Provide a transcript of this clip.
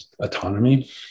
autonomy